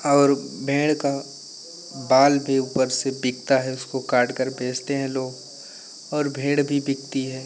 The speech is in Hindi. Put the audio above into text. और भेड़ का बाल भी ऊपर से बिकता है उसको काटकर बेचते हैं लोग और भेड़ भी बिकता है